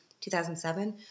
2007